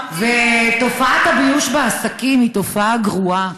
תופעת הביוש בעסקים היא תופעה גרועה.